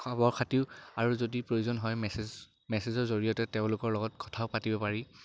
খবৰ খাতিও আৰু যদি প্ৰয়োজন হয় মেছেজ মেছেজৰ জৰিয়তে তেওঁলোকৰ লগত কথাও পাতিব পাৰি